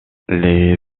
les